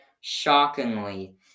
shockingly